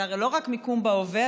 זה לא רק מיקום בהווה,